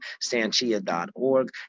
Sanchia.org